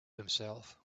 himself